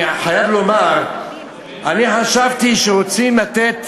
אני חייב לומר שחשבתי שרוצים לתת